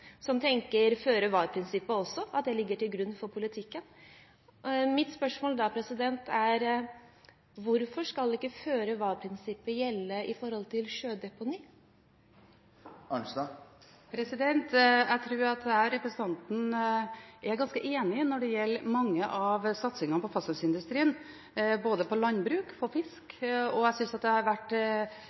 som tenker i generasjonsløp, og som også tenker at føre-var-prinsippet ligger til grunn for politikken. Mitt spørsmål er da: Hvorfor skal ikke føre-var-prinsippet gjelde når det gjelder sjødeponi? Jeg tror at jeg og representanten er ganske enige når det gjelder mange av satsingene på fastlandsindustrien, både på landbruk og fisk, og jeg synes vi har hatt en god komitéjobb når det